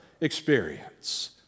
experience